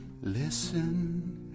listen